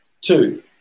two